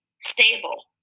stable